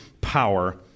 power